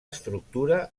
estructura